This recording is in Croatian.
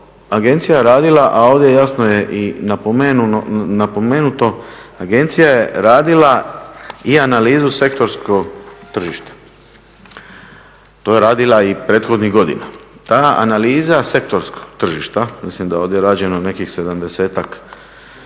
agencija radila, a ovdje jasno je i napomenuto agencija je radila i analizu sektorskog tržišta. To je radila i prethodnih godina. Ta analiza sektorskog tržišta, mislim da je ovdje rađeno nekih 70-ak